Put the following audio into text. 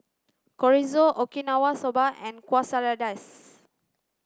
Chorizo Okinawa Soba and Quesadillas